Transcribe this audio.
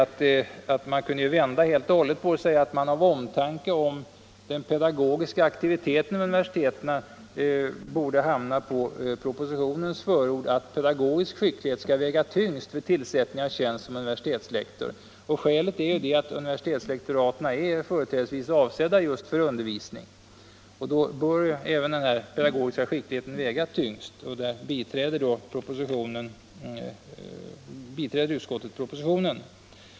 Man skulle kunna vända på det och i stället av omtanke om den pedagogiska aktiviteten vid universiteten instämma i propositionens förord för att pedagogisk skicklighet skall väga tyngst vid tillsättning av tjänst som universitetslektor. Skälet för det är att universitetslektoraten företrädesvis är avsedda för undervisning. Då bör också den pedagogiska skickligheten väga tyngst vid tillsättningen av tjänsterna. Utskottet biträder här förslaget i propositionen.